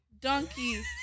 Donkey